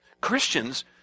Christians